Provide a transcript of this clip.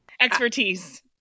expertise